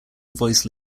voice